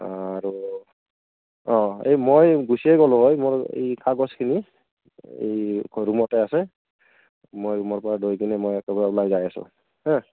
আৰু অঁ এই মই গুচিয়ে গ'লো হয় মোৰ এই কাগজখিনি এই ৰুমতে আছে মই ৰুমৰ পৰা লৈকিনে মই একেবাৰে ওলাই যাই আছোঁ দিয়ক হা